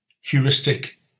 heuristic